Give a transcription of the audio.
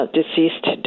deceased